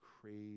crazy